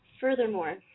Furthermore